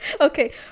okay